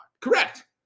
Correct